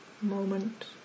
moment